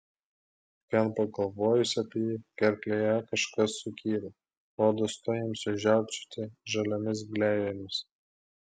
vien pagalvojus apie jį gerklėje kažkas sukyla rodos tuoj imsiu žiaukčioti žaliomis gleivėmis